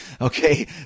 Okay